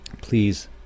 Please